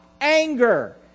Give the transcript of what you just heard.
anger